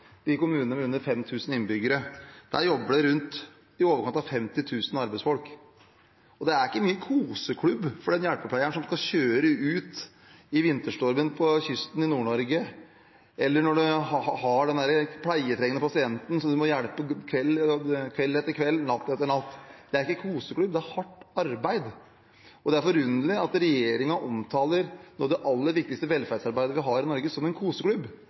med under 5 000 innbyggere: Der jobber det i overkant av 50 000 arbeidsfolk. Og det er ikke mye koseklubb for den hjelpepleieren som skal kjøre ut i vinterstormen på kysten i Nord-Norge, eller når man har den pleietrengende pasienten som man må hjelpe kveld etter kveld, natt etter natt. Det er ikke koseklubb, det er hardt arbeid, og det er forunderlig at regjeringen omtaler noe av det aller viktigste velferdsarbeidet vi har i Norge, som en koseklubb.